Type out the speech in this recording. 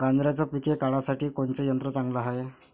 गांजराचं पिके काढासाठी कोनचे यंत्र चांगले हाय?